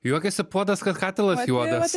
juokiasi puodas kad katilas juodas